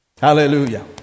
Hallelujah